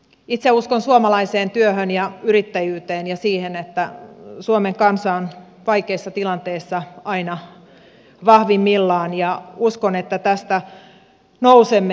itse uskon suomalaiseen työhön ja yrittäjyyteen ja siihen että suomen kansa on vaikeassa tilanteessa aina vahvimmillaan ja uskon että tästä nousemme